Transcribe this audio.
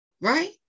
right